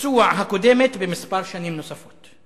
ביצוע הקודמת בכמה שנים נוספות.